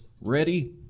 ready